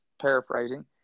paraphrasing